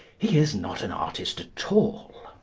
he is not an artist at all.